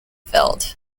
filled